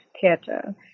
theater